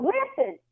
Listen